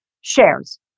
shares